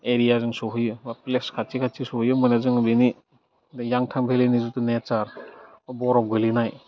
एरियाजों सहैयो बा प्लेस खाथि खाथि सहैयो होनबानो जों बेनि दैयांटां भेलिनि जिथु नेचार बरफ गोलैनाय